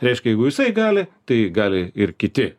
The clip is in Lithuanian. reiškia jeigu jisai gali tai gali ir kiti